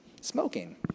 smoking